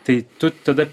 tai tu tada